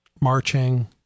marching